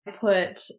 put